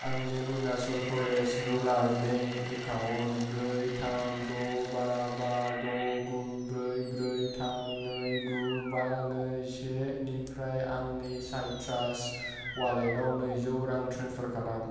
आंनि Arunachal Pradesh rural bank account ब्रै थाम द' बा बा द' गु ब्रै ब्रै थाम नै गु बा नै से निफ्राय आंनि साइट्रास अवालेटाव नैजौ रां ट्रेन्सफार खालाम